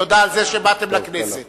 תודה על זה שבאתם לכנסת.